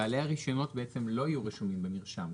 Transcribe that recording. בעלי הרישיונות בעצם לא יהיו רשומים במרשם?